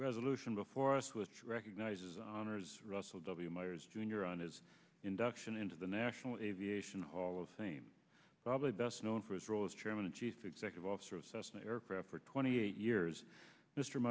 resolution before us recognizes honors russell w myers jr on his induction into the national aviation hall of fame probably best known for his role as chairman and chief executive officer of cessna aircraft for twenty eight years mr